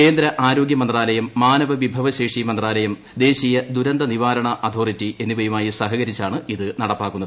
കേന്ദ്ര ആരോഗ്യ മന്ത്രാലയം മാനവ വിഭവശേഷി മന്ത്രാലയം ദേശീയ ദുരന്ത നിവാരണ അതോറിറ്റി എന്നിവയുമായി സഹകരിച്ചാണ് ഇത് നടപ്പാക്കുന്നത്